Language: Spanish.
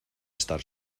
estar